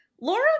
Laura